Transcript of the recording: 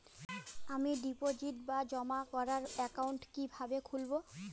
আমি ডিপোজিট বা জমা করার একাউন্ট কি কিভাবে খুলবো?